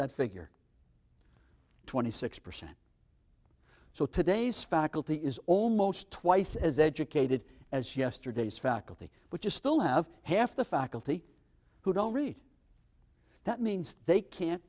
that figure twenty six percent so today's faculty is almost twice as educated as yesterday's faculty which is still have half the faculty who don't read that means they can't